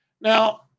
Now